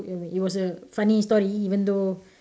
ya wait it was a funny story even though